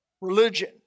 religion